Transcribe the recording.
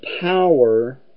power